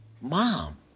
Mom